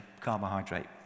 carbohydrate